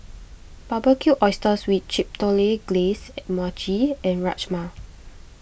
Barbecued Oysters with Chipotle Glaze Mochi and Rajma